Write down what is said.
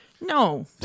No